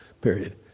period